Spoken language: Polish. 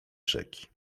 rzeki